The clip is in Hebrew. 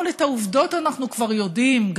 אבל את העובדות אנחנו כבר יודעים,